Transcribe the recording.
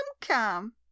come